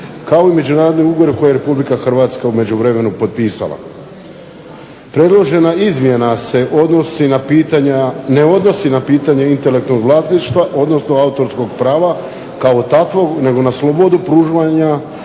kao i međunarodni ugovor koji je RH u međuvremenu potpisala. Predložena izmjena se ne odnosi na pitanja intelektualnog vlasništva odnosno autorskog prava kao takvog nego na slobodu pružanja